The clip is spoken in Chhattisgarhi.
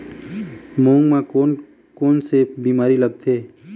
मूंग म कोन कोन से बीमारी लगथे?